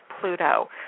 pluto